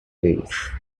days